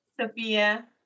Sophia